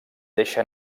deixa